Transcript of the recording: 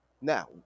Now